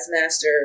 master